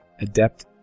Adept